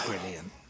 Brilliant